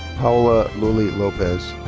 paola lule lopez.